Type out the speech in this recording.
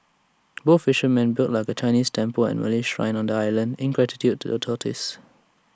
both fishermen built of A Chinese temple and A Malay Shrine on the island in gratitude to the tortoise